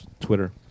Twitter